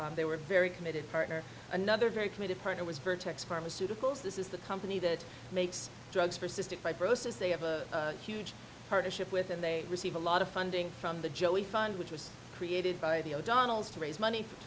d they were very committed partner another very committed partner was vertex pharmaceuticals this is the company that makes drugs for cystic fibrosis they have a huge partnership with and they receive a lot of funding from the joey fund which was created by the o'donnells to raise money for